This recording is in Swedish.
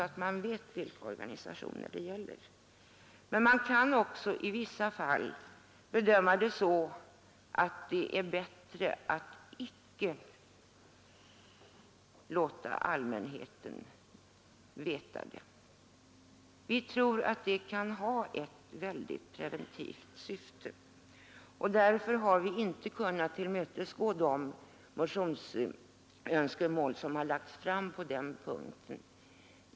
Men man kan också i vissa fall i rent preventivt syfte bedöma det så att det är bättre att icke låta allmänheten veta vilka organisationer det gäller. Därför har vi inte kunnat tillmötesgå de motionsönskemål som har lagts fram på den punkten.